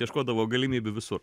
ieškodavo galimybių visur